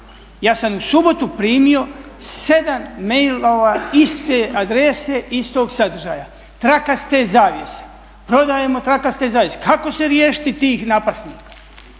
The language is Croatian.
Ja sam u subotu primio 7 mailova iste adrese, istog sadržaja, trakaste zavjese, prodajemo trakaste zavjese. Kako se riješiti tih napasti?